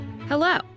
Hello